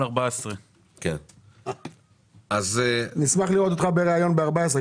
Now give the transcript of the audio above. ערוץ 14. נשמח לראות אותך בראיון ב-14,